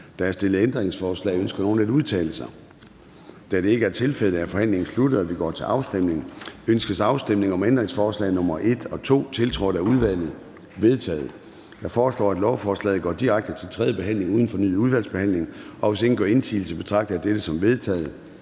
Der er stillet ændringsforslag. Ønsker nogen at udtale sig? Da det ikke er tilfældet, er forhandlingen sluttet, og vi går til afstemning. Kl. 10:13 Afstemning Formanden (Søren Gade): Ønskes afstemning om ændringsforslag nr. 1 og 2, tiltrådt af udvalget? De er vedtaget. Jeg foreslår, at lovforslaget går direkte til tredje behandling uden fornyet udvalgsbehandling. Hvis ingen gør indsigelse, betragter jeg det som vedtaget.